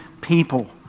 people